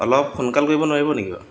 অলপ সোনকাল কৰিব নোৱাৰিব নেকি বাৰু